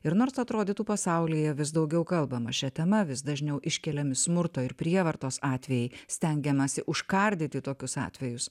ir nors atrodytų pasaulyje vis daugiau kalbama šia tema vis dažniau iškeliami smurto ir prievartos atvejai stengiamasi užkardyti tokius atvejus